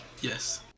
Yes